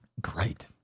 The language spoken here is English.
great